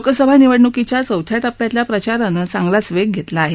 लोकसभा निवडणुकीच्या चौथ्या टप्प्यातल्या प्रचारानं चांगलाच वेग घेतला आहे